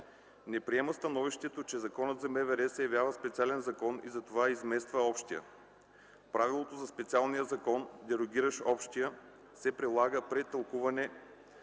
Не приема становището, че Законът за МВР се явява специален закон и затова измества общия. Правилото за специалния закон, дерогиращ общия, се прилага при тълкуване